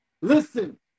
Listen